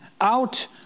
out